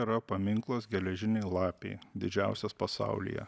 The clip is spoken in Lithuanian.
yra paminklas geležinei lapei didžiausias pasaulyje